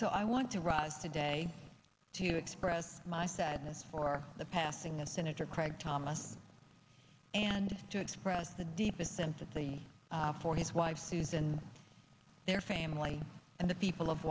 so i want to rise today to express my sadness for the passing of senator craig thomas and to express the deepest sympathy for his wife susan and their family and the people of